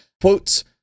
quotes